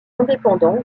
indépendants